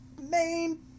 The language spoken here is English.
main